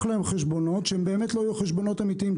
להם חשבונות שהם באמת לא יהיו חשבונות אמיתיים,